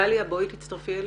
גליה, בואי תצטרפי אלינו.